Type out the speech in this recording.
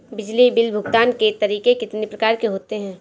बिजली बिल भुगतान के तरीके कितनी प्रकार के होते हैं?